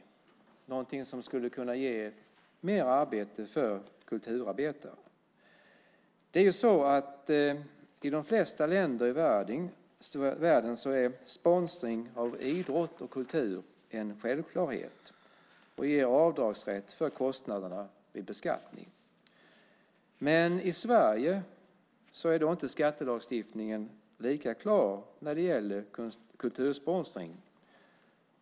Det är någonting som skulle kunna ge mer arbeten för kulturarbetare. I de flesta länder i världen är sponsring av idrott och kultur en självklarhet och ger avdragsrätt för kostnaderna vid beskattning. Men i Sverige är skattelagstiftningen inte lika klar när det gäller kultursponsring.